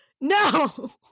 No